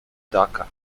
dhaka